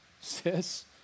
sis